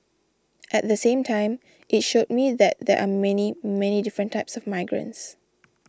at the same time it showed me that there are many many different types of migrants